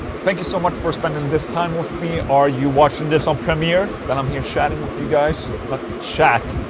thank you so much for spending this time with me are you watching this on premiere? then i'm here chatting with you guys not shat.